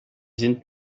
sind